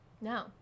No